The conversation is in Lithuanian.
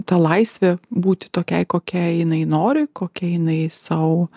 ta laisvė būti tokiai kokia jinai nori kokia jinai sau